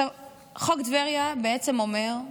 חוק טבריה בעצם אומר: